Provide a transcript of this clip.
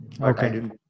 Okay